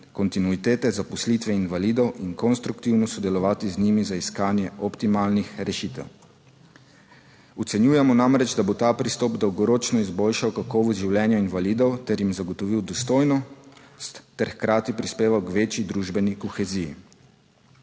kontinuitete zaposlitve invalidov in konstruktivno sodelovati z njimi za iskanje optimalnih rešitev. Ocenjujemo namreč, da bo ta pristop dolgoročno izboljšal kakovost življenja invalidov ter jim zagotovil dostojno ter hkrati prispeval k večji družbeni koheziji.